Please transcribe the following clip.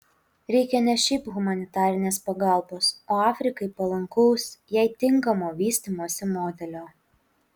reikia ne šiaip humanitarinės pagalbos o afrikai palankaus jai tinkamo vystymosi modelio